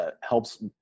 helps